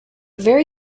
very